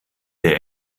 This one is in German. der